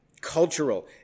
cultural